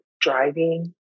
driving